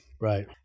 Right